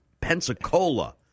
Pensacola